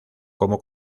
como